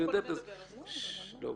בבקשה.